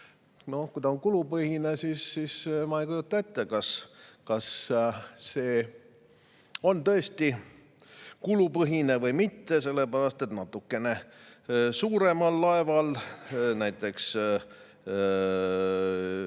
Kui ta on kulupõhine, siis ma ei kujuta ette, kas see on tõesti kulupõhine või mitte, sellepärast et natukene suuremal laeval näiteks